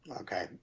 okay